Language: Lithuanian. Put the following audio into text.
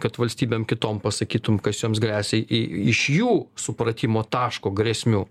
kad valstybėm kitom pasakytum kas joms gresia i iš jų supratimo taško grėsmių